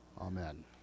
Amen